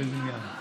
באיזה עניין?